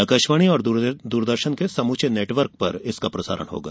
आकाशवाणी और दूरदर्शन के समूचे नेटवर्क पर इसका प्रसारण होगा